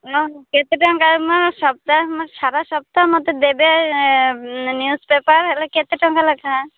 ନା କେତେ ଟଙ୍କା ମୁଁ ସପ୍ତାହେ ସାରା ସପ୍ତାହ ମୋତେ ଦେବେ ନ୍ୟୁଜ୍ପେପର୍ ହେଲେ କେତେ ଟଙ୍କା ଲେଖାଁ